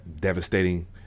devastating